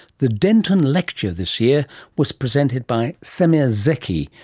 the denton lecture this year was presented by semir zeki,